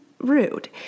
rude